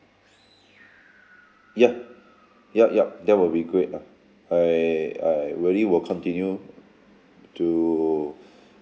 yup yup yup that will be great lah I I really will continue to